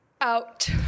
Out